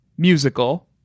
musical